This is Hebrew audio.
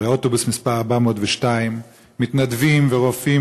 באוטובוס מס' 402. מתנדבים ורופאים